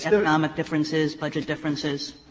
economic differences, budget differences?